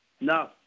No